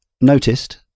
noticed